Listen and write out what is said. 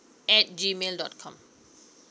at gmail dot com